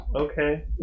Okay